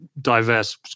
diverse